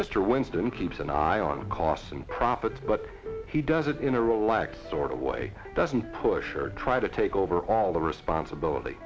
mr winston keeps an eye on costs and profits but he does it in a row lack sort of way doesn't push or try to take over all the responsibility